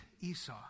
Esau